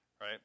right